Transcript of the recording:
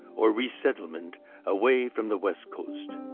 or resettlement away from the west coast.